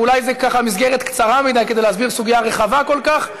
ואולי זו ככה מסגרת קצרה מדי כדי להסביר סוגיה רחבה כל כך,